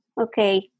Okay